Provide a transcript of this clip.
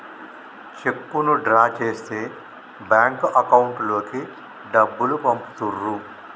చెక్కును డ్రా చేస్తే bank account లోకి డబ్బులు పంపుతుర్రు